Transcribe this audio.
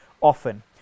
often